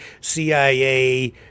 CIA